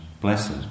blessed